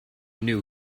knew